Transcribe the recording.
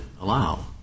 allow